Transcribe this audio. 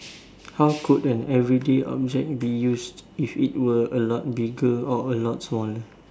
how could a everyday object be used if it was a lot bigger or a lot smaller